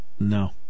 No